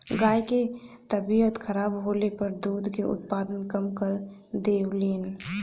गाय के तबियत खराब होले पर दूध के उत्पादन कम कर देवलीन